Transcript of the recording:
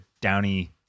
downy